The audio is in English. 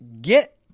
get